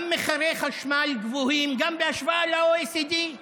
גם מחירי חשמל גבוהים, גם בהשוואה ל-OECD.